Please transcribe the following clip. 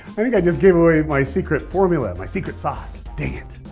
i think i just gave away my secret formula, my secret sauce. dang it.